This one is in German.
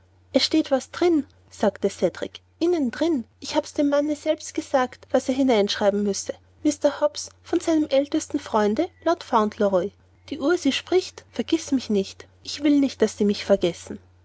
es steht was drin sagte cedrik innen drin ich hab's dem manne selbst gesagt was er hineinschreiben müsse mr hobbs von seinem ältesten freunde lord fauntleroy die uhr sie spricht vergißmichnicht ich will nicht daß sie mich vergessen